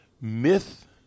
Myth